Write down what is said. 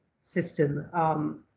system